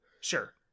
sure